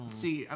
see